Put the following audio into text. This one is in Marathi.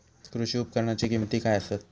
कृषी उपकरणाची किमती काय आसत?